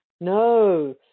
no